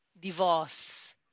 divorce